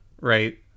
Right